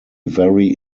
very